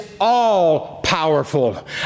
all-powerful